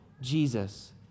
Jesus